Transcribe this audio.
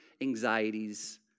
anxieties